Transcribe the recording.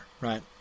Right